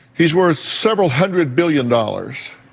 he's worth several hundred billion dollars.